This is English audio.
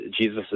Jesus